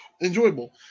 enjoyable